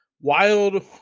wild